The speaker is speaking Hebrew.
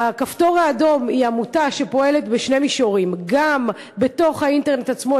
"הכפתור האדום" היא עמותה שפועלת בשני מישורים: גם בתוך האינטרנט עצמו,